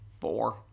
four